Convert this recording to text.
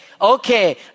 okay